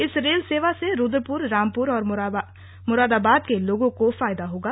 इस रेल सेवा से रूद्रपुर रामपुर और मुरादाबाद के लोगों को फायदा होगा